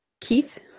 Keith